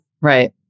Right